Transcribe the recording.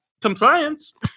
Compliance